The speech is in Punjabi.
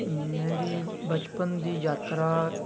ਮੇਰੀ ਬਚਪਨ ਦੀ ਯਾਤਰਾ